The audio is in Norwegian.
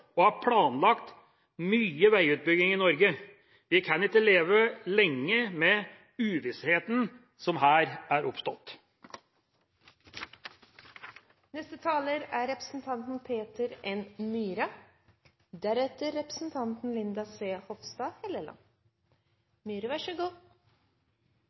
og er planlagt mye veiutbygging i Norge. Vi kan ikke leve lenge med uvissheten som her er